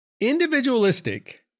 individualistic